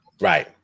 Right